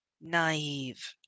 naive